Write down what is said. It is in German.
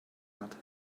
hat